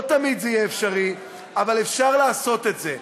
לא תמיד זה יהיה אפשרי אבל אפשר לעשות את זה.